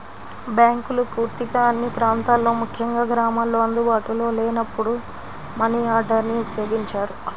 బ్యాంకులు పూర్తిగా అన్ని ప్రాంతాల్లో ముఖ్యంగా గ్రామాల్లో అందుబాటులో లేనప్పుడు మనియార్డర్ని ఉపయోగించారు